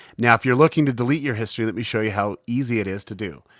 now if you're looking to delete your history let me show you how easy it is to do.